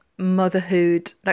motherhood